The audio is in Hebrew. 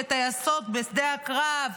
כטייסות בשדה הקרב,